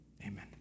amen